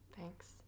Thanks